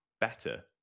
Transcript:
better